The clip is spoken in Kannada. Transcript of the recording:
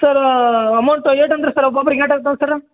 ಸರ್ರ್ ಅಮೌಂಟ ಎಟ್ಟು ಅಂದರಿ ಸರ್ ಒಬ್ಬ ಒಬ್ರಿಗೆ ಎಟ್ಟು ಆಗ್ತಾವೆ ಸರ್ರ್